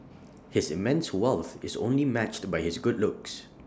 his immense wealth is only matched by his good looks